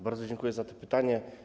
Bardzo dziękuje za to pytanie.